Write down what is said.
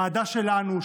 ועדה שלנו,